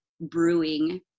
brewing